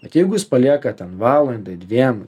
bet jeigu jūs paliekat ten valandai dviem